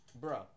Bro